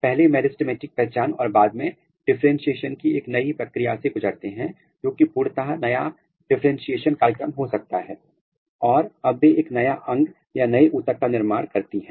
पहले मेरिस्टमैटिक पहचान और बाद में बे डिफरेंटशिएशन की एक नई प्रक्रिया से गुजरती हैं जो कि एक पूर्णता नया डिफरेंटशिएशन कार्यक्रम हो सकता है और अब वे एक नया अंग या नए उत्तक का निर्माण करती हैं